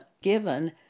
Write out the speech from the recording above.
given